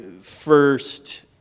first